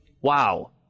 wow